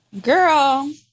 Girl